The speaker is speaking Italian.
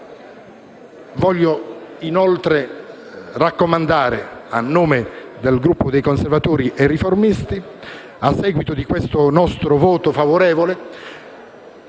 Voglio inoltre raccomandare, a nome del Gruppo dei Conservatori e Riformisti, a seguito del nostro voto favorevole,